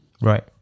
right